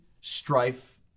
strife